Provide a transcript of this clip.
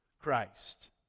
Christ